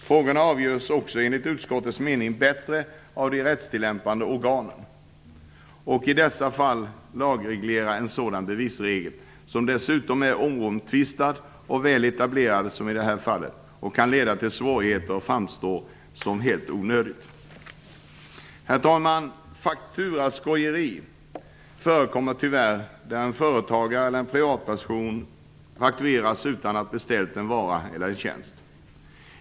Frågorna avgörs också enligt utskottets mening bättre av de rättstillämpande organen. Att i dessa fall lagreglera en enda bevisregel, som dessutom är oomtvistad och väl etablerad som i detta fall, kan leda till svårigheter och framstår som helt onödigt. Herr talman! Fakturaskojeri förekommer tyvärr på så sätt att en företagare eller privatperson faktureras utan att ha beställt en vara eller en tjänst.